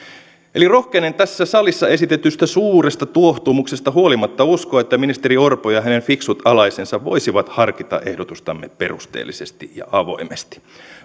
rohkenen tässä salissa esitetystä suuresta tuohtumuksesta huolimatta uskoa että ministeri orpo ja hänen fiksut alaisensa voisivat harkita ehdotustamme perusteellisesti ja avoimesti